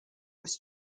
was